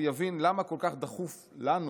יבין למה כל כך דחוף לנו